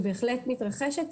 שבהחלט מתרחשת,